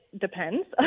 depends